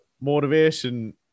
motivation